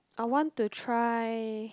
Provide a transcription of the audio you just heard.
I want to try